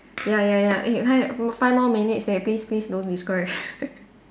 ya ya ya eh five five more minutes leh please please don't describe